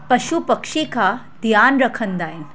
पशु पखी खां ध्यानु रखंदा आहिनि